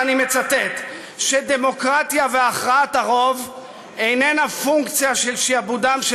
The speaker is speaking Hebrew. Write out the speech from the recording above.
ואני מצטט: דמוקרטיה והכרעת הרוב איננה פונקציה של שעבודם של